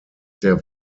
der